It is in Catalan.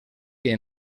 que